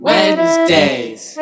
Wednesdays